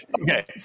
Okay